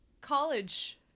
college